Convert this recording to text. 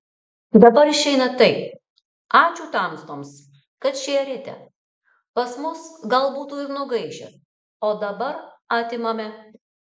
dabar išeina taip ačiū tamstoms kad šėrėte pas mus gal būtų ir nugaišęs o dabar atimame